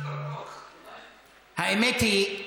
האמת היא,